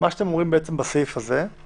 מה שאתם בעצם אומרים בסעיף הזה זה